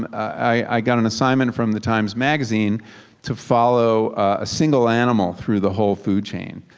i got an assignment from the times magazine to follow a single animal through the whole food chain.